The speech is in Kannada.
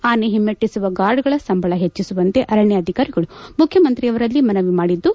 ಆನೆ ಹಿಮ್ಮೆಟ್ಟಿಸುವ ಗಾರ್ಡ್ಗಳ ಸಂಬಳ ಹೆಚ್ಚಿಸುವಂತೆ ಅರಣ್ಯಾಧಿಕಾರಿಗಳು ಮುಖ್ಯಮಂತ್ರಿಯವರಲ್ಲ ಮನವಿ ಮಾಡಿದ್ದು